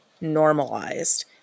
normalized